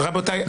--- רבותיי.